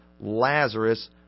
Lazarus